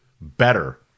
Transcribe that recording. better